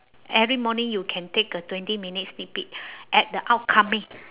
every morning you can take a twenty minute sneak peek at the upcoming